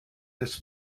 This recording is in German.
des